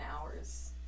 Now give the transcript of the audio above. hours